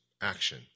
action